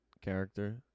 character